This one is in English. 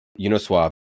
Uniswap